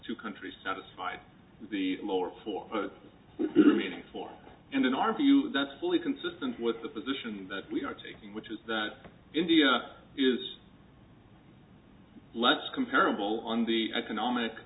to country satisfy the lower for four and in our view that's fully consistent with the position that we are taking which is that india is less comparable on the economic